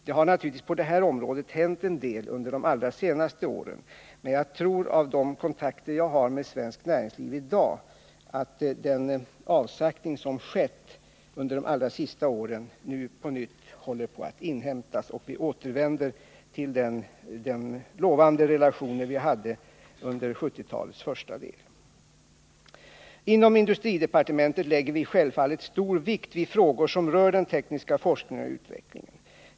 Det har naturligtvis på det här området hänt en del under de allra senaste åren, men jagtror att jag, genom de kontakter jag har med svenskt näringsliv i dag, kan dra den slutsatsen att den avsaktning som skett under de allra senaste åren nu håller på att inhämtas och att vi återvänder till de lovande relationer vi hade under 1970-talets första del. Inom industridepartementet lägger vi självfallet stor vikt vid frågor som rör den tekniska forskningen och utvecklingen.